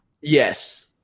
Yes